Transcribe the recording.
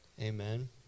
Amen